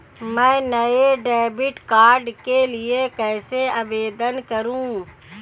मैं नए debit card के लिए कैसे आवेदन करूं?